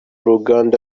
ruganda